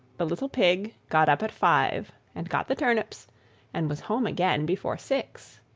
the little pig got up at five, and got the turnips and was home again before six.